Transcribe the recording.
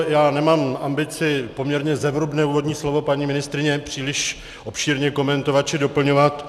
Já nemám ambici poměrně zevrubné slovo paní ministryně příliš obšírně komentovat či doplňovat.